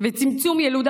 וצמצום ילודת